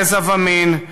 גזע ומין,